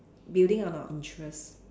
building on our interests